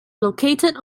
located